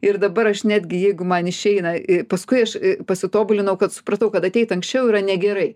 ir dabar aš netgi jeigu man išeina ir paskui aš pasitobulinau kad supratau kad ateit anksčiau yra negerai